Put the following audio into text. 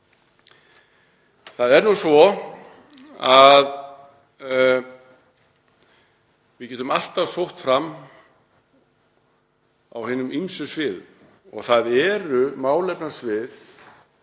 eru að fara. Við getum alltaf sótt fram á hinum ýmsu sviðum og það eru málefnasvið